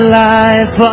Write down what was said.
life